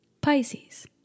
Pisces